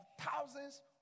thousands